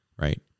Right